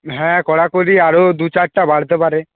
হ্যাঁ কড়াকড়ি আরও দুচারটে বাড়তে পারে